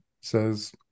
says